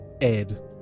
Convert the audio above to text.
Ed